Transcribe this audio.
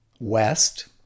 west